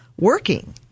working